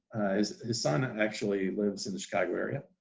his son actually lives in the chicago area,